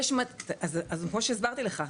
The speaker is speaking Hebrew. יש, אז כמוש הסברתי לך,